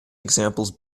examples